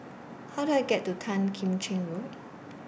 How Do I get to Tan Kim Cheng Road